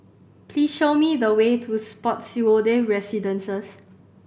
please show me the way to Spottiswoode Residences